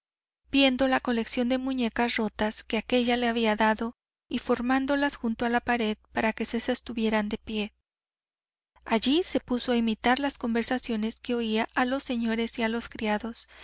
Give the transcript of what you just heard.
viendo la colección de muñecas rotas que aquella le había dado y formándolas junto a la pared para que se sostuvieran de pie allí se puso a imitar las conversaciones que oía a los señores y a los criados